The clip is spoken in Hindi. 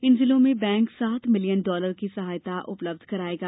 इन जिलों में बैंक सात मिलियन डालर की सहायता उपलब्ध कराएगा